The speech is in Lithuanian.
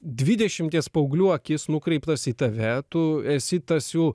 dvidešimties paauglių akys nukreiptos į tave tu esi tas jų